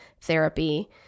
therapy